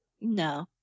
No